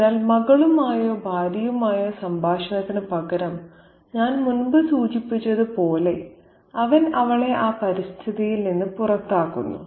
അതിനാൽ മകളുമായോ ഭാര്യയുമായോ സംഭാഷണത്തിന് പകരം ഞാൻ മുമ്പ് സൂചിപ്പിച്ചതുപോലെ അവൻ അവളെ ആ പരിതസ്ഥിതിയിൽ നിന്ന് പുറത്താക്കുന്നു